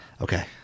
Okay